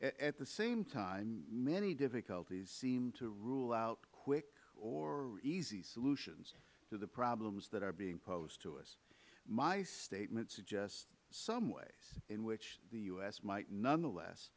at the same time many difficulties seem to rule out quick or easy solutions to the problems that are being posed to us my statement suggests some ways in which the u s might nonetheless